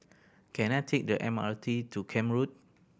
can I take the M R T to Camp Road